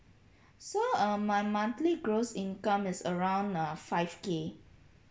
so um my monthly gross income is around uh five K